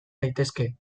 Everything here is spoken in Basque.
daitezke